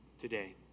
today